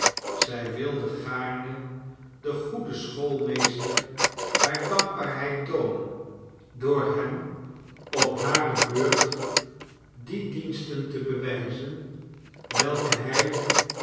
zij wilde gaarne den goeden schoolmeester hare dankbaarheid toonen door hem op hare beurt die diensten te bewijzen welke hij